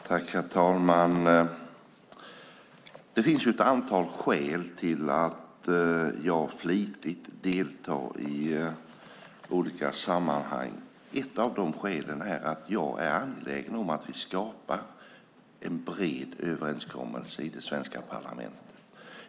Herr talman! Det finns ett antal skäl till att jag flitigt deltar i olika sammanhang. Ett av de skälen är att jag är angelägen om att vi skapar en bred överenskommelse i det svenska parlamentet.